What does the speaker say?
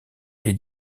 est